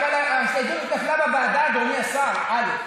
אבל ההסתייגות נפלה בוועדה, אדוני השר, זה א.